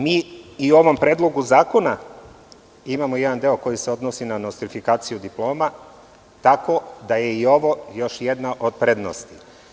Mi i u ovom predlogu zakona imamo jedan deo koji se odnosi na nostrifikaciju diploma, tako da je i ovo još jedna od prednosti.